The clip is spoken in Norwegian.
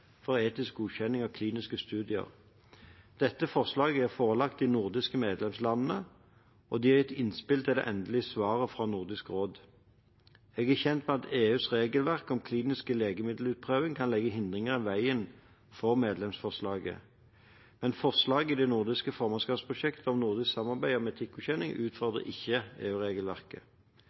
for etisk godkjenning av kliniske studier. Dette forslaget er forelagt de nordiske medlemslandene, og de har gitt innspill til det endelige svaret fra Nordisk råd. Jeg er kjent med at EUs regelverk om kliniske legemiddelutprøvinger kan legge hindringer i veien for medlemsforslaget. Men forslagene i det nordiske formannskapsprosjektet om nordisk samarbeid om etikkgodkjenning utfordrer ikke